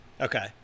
Okay